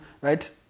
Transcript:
right